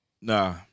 Nah